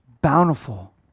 bountiful